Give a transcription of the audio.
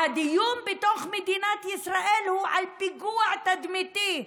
והדיון בתוך מדינת ישראל הוא על פיגוע תדמיתי.